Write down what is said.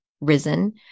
risen